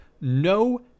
no